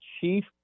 Chief